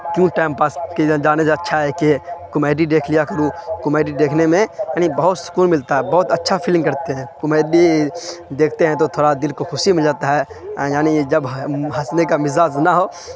کیوں time pass جانے سے اچھا ہے کہ کومیڈی دیکھ لیا کروں کومیڈی دیکھنے میں یعنی بہت سکون ملتا ہے بہت اچھا فیلنگ کرتے ہیں کومیڈی دیکھتے ہیں تو تھوڑا دل کو خوشی مل جاتا ہے یعنی جب ہنسنے کا مزاز نہ ہو